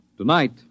Tonight